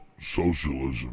socialism